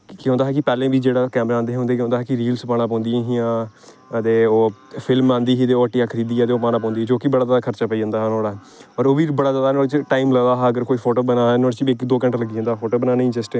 कि केह् होंदा हा कि पैह्ले बी जेह्ड़ा कैमरा आंदे हे उं'दे च केह् होंदा हा कि रीलस पाना पौंदियां हियां हां ते ओह् फिल्म आंदी ही ते ओह् हट्टी दा खरीदियै ते ओह् पाने पौंदी ही जो कि बड़ा जैदा खर्चा पेई जंदा हा नुहाड़ा होर ओह् बी बड़ा जैदा ओह्दे च टाइम लगदा हा अगर कोई फोटो बनाने नुहाड़े च बी इक दो घैंटा लगी जंदा हा फोटो बनाने गी